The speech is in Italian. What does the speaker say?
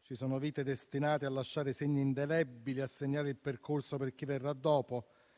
«Ci sono vite destinate a lasciare segni indelebili, a segnare il percorso per chi verrà dopo.